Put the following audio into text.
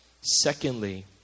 Secondly